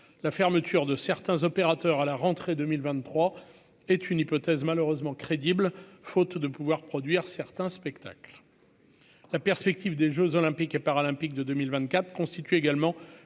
la fermeture de certains opérateurs à la rentrée 2023 est une hypothèse malheureusement crédible, faute de pouvoir produire certains spectacles, la perspective des Jeux olympiques et paralympiques de 2024 constituent également